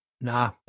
Nah